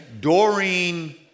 Doreen